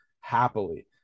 happily